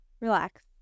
Relax